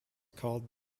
called